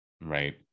right